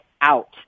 out